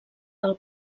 del